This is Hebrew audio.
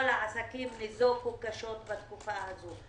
כל העסקים ניזוקו קשות בתקופה הזו.